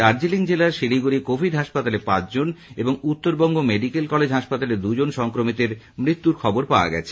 দার্জিলিং জেলার শিলিগুড়ি কোভিড হাসপাতলে পাঁচজন এবং উত্তরবঙ্গ মেডিকেল কলেজ হাসপাতালের দুজন সংক্রমিতের মৃত্যুর খবর পাওয়া গেছে